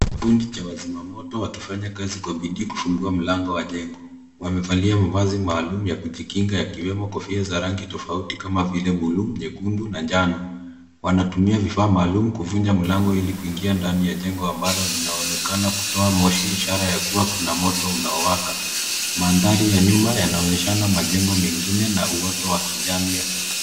Kundi la wazi la wazimamoto likifanya kazi kwa bidii kufungua mlango wa jengo. Wamevalia mavazi maalum ya kujikinga pamoja na kofia za rangi tofauti kama vile buluu, nyekundu, na ya manjano. Wanatumia vifaa maalum kuvunja mlango ili kuingia ndani ya jengo ambalo linaonekana kutoa moshi, ishara kwamba kuna moto unaowaka. Mandhari ya nyuma yanaonyesha majengo mengine.